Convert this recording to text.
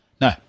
No